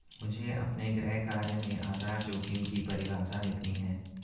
मुझे अपने गृह कार्य में आधार जोखिम की परिभाषा लिखनी है